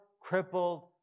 crippled